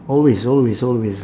always always always